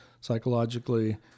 psychologically